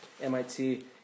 MIT